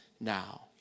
now